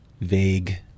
vague